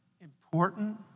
important